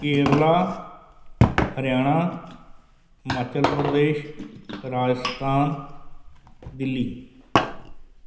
Kerala Haryana Himachal Pradesh Rajasthan Delhi